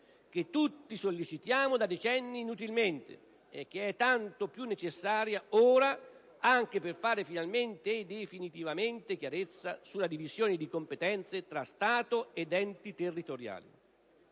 che tutti sollecitiamo da decenni inutilmente e che è tanto più necessaria ora, anche per fare finalmente e definitivamente chiarezza sulla divisione di competenze tra Stato ed enti territoriali.